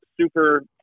super